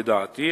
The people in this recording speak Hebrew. לדעתי,